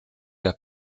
der